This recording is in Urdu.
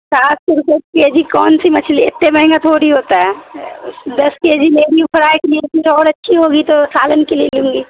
سات سو روپیے کے جی کون سی مچھلی اتتے مہنگے تھوڑی ہوتا ہے دس کے جی لے رہی ہوں فرائی کی لیے اور اچھی ہوگی تو سالن کے لیے لوں گی